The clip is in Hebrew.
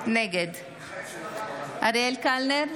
נגד אריאל קלנר,